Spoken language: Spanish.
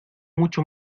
mucho